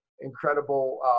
incredible